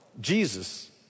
Jesus